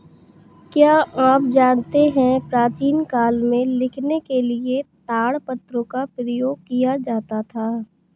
क्या आप जानते है प्राचीन काल में लिखने के लिए ताड़पत्रों का प्रयोग किया जाता था?